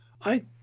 I